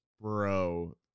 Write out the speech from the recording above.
Bro